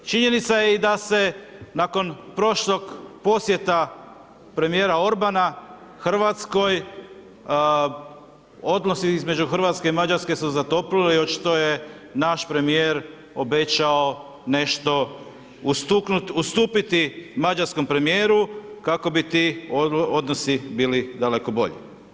Činjenica je i da se nakon prošlog posjeta premijera Orbana Hrvatskoj odnosi između Hrvatske i Mađarske su zatoplili i očito je naš premijer obećao nešto ustupiti mađarskom premijeru kako bi ti odnosi bili daleko bolji.